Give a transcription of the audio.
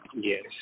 Yes